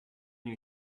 you